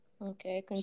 Okay